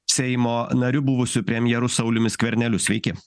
seimo nariu buvusiu premjeru sauliumi skverneliu sveiki